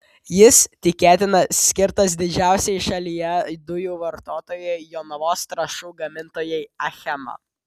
jis tikėtina skirtas didžiausiai šalyje dujų vartotojai jonavos trąšų gamintojai achema